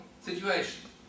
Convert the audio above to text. situation